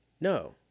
no